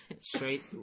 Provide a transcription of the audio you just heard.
Straight